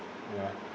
ya